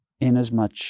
inasmuch